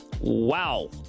Wow